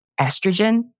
estrogen